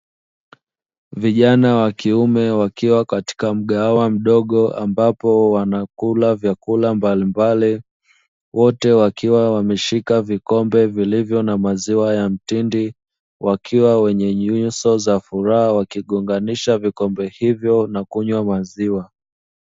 Vijana wa kiume wakiwa katika mgahawa mdogo ambapo wanakula vyakula mbalimbali, wote wakiwa wameshika vikombe vilivyo na maziwa ya mtindi, wakiwa wenye nyuso za furaha wakigonganisha vikombe hivyo na kunywa maziwa.